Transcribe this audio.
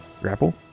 Grapple